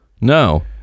No